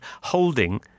holding